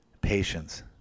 patience